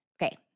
Okay